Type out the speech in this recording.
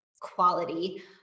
quality